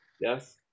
Yes